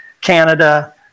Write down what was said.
Canada